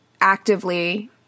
actively